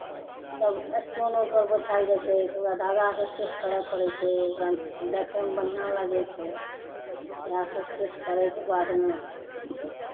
तब स्टोन ओहिपर बैठायल जाइ छै तऽ ओकरा धागासँ सेट करय पड़ै छै ओकरा देखयमे बढ़िआँ लागै छै इएह सभ सेट करयके बादमे